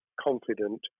confident